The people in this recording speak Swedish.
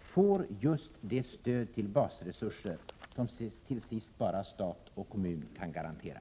får just det stöd till basresurser som till sist bara stat och kommun kan garantera.